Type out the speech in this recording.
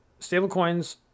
stablecoins